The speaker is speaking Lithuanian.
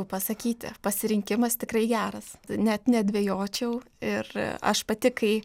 pasakyti pasirinkimas tikrai geras net nedvejočiau ir aš pati kai